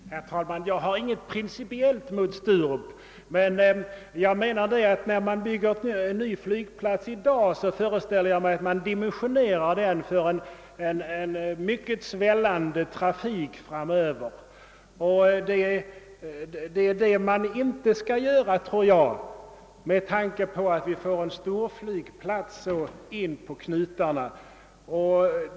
Herr talman! Jag har inget principiellt emot Sturup, men när man i dag bygger en ny flygplats så föreställer jag mig att man dimensionerar den för en mycket svällande trafik framöver och det är detta man i det här fallet inte skall göra, tror jag, med tanke på att vi får en storflygplats så nära inpå knutarna.